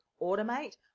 automate